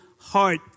heart